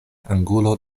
angulo